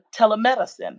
telemedicine